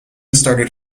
started